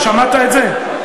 שמעת את זה?